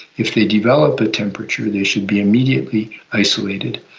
if they develop a temperature they should be immediately isolated.